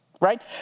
right